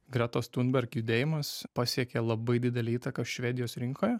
gretos thunberg judėjimas pasiekė labai didelę įtaką švedijos rinkoje